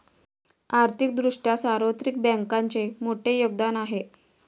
आर्थिक दृष्ट्या सार्वत्रिक बँकांचे मोठे योगदान आहे